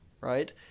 right